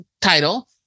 title